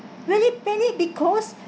really panic because